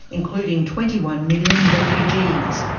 including twenty one million refugees,